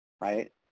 Right